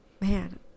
Man